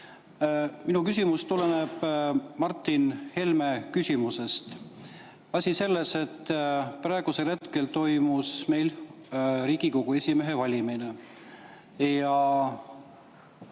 Minu küsimus tuleneb Martin Helme küsimusest. Asi selles, et praegusel hetkel toimus meil Riigikogu esimehe valimine